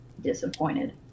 disappointed